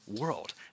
world